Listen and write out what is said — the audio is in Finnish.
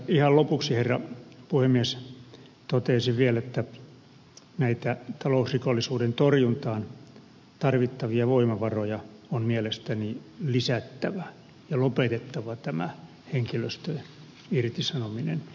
ihan lopuksi herra puhemies toteaisin vielä että on mielestäni lisättävä näitä talousrikollisuuden torjuntaan tarvittavia voimavaroja ja lopetettava tämä henkilöstön irtisanominen